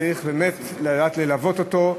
צריך באמת לדעת ללוות אותו,